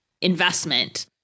investment